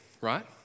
right